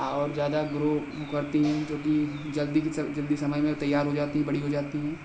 और ज़्यादा ग्रो करती हैं जो कि जल्दी की स जल्दी की समय में तैयार हो जाती है बड़ी हो जाती हैं